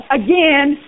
again